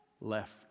Left